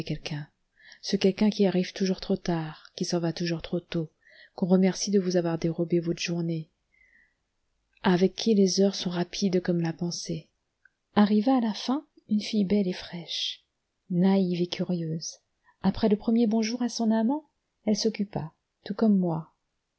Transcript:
quelqu'un ce quelqu'un qui arrive toujours trop tard qui s'en va toujours trop tôt qu'on remercie de vous avoir dérobé votre journée avec qui les heures sont rapides comme la pensée arriva à la fin une fille belle et fraîche naïve et curieuse après le premier bonjour à son amant elle s'occupa tout comme moi